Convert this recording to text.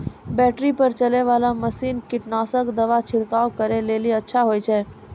Battery पर चलै वाला मसीन कीटनासक दवा छिड़काव करै लेली अच्छा होय छै?